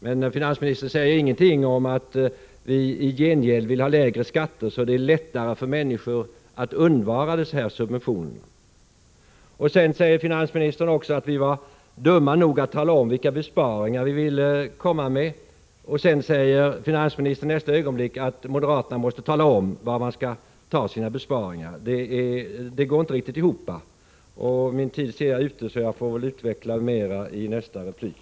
Men finansministern säger ingenting om att vi i gengäld vill ha lägre skatter, så att det är lättare för människor att undvara dessa subventioner. Finansministern säger att vi var dumma nog att tala om vilka inbesparingar vi ville göra. I nästa ögonblick säger finansministern att moderaterna måste tala om var man skall ta sina inbesparingar. Det går inte riktigt ihop. Jag ser att min taletid är ute, så jag får väl utveckla detta mera i min nästa replik.